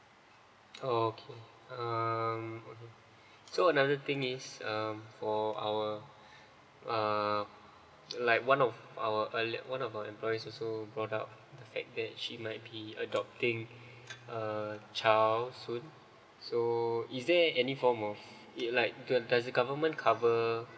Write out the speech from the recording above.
oh okay um so another thing is um for our uh like one of our erl~ one of our employees also she brought up the fact that she might be adopting a child soon so uh is there any form okay it's like does the government cover